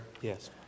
Yes